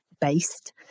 based